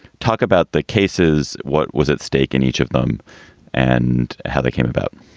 talk about the cases. what was at stake in each of them and how they came about?